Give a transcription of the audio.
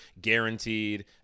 guaranteed